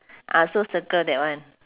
ah so circle that one